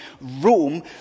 Rome